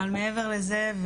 אבל מעבר לזה,